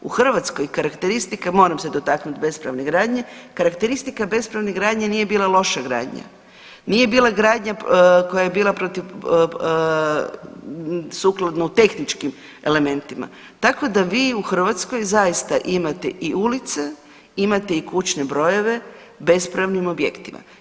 U Hrvatskoj karakteristike, moram se dotaknut bespravne gradnje, karakteristika bespravne gradnje nije bila loša gradnja, nije bila gradnja koja je bila protiv sukladno tehničkim elementima, tako da vi u Hrvatskoj zaista imate i ulice, imate i kućne brojeve na bespravnim objektima.